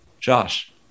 Josh